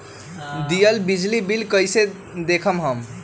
दियल बिजली बिल कइसे देखम हम?